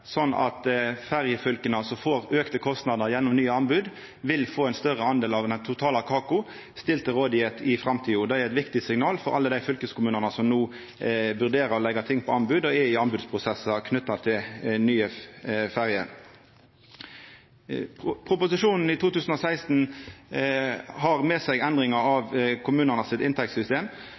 sånn at ferjefylka som får auka kostnader gjennom nye anbod, vil få ein større del av den totale kaka stilt til rådigheit i framtida. Det er eit viktig signal for alle dei fylkeskommunane som no vurderer å leggja ut ting på anbod og er i anbodsprosesser knytte til nye ferjer. Proposisjonen i 2016 har med seg endringar av kommunanes inntektssystem. Regjeringspartia, i lag med partiet Venstre, presenterte eit nytt inntektssystem